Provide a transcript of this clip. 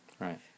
Right